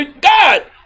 God